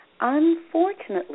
Unfortunately